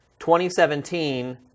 2017